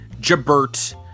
Jabert